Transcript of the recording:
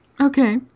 Okay